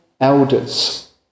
elders